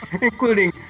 Including